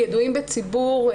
ידועים בציבור,